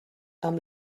amb